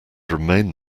remained